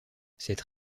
cette